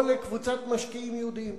או לקבוצת משקיעים יהודים.